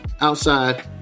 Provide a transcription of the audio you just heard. outside